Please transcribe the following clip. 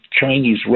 Chinese